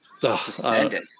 Suspended